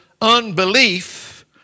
unbelief